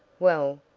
well,